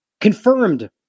Confirmed